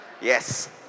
Yes